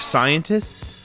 Scientists